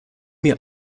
mir